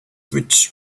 which